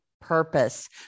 Purpose